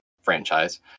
franchise